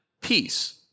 peace